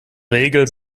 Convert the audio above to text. regel